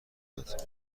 یاد